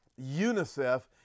UNICEF